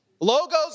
Logos